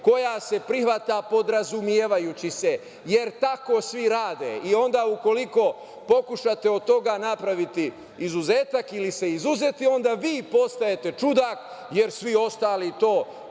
koja se prihvata podrazumevajući se, jer tako svi rade i onda u koliko pokušate od toga napraviti izuzetak ili se izuzeti, onda vi postajete čudak jer svi ostali to,